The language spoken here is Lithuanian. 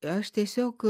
aš tiesiog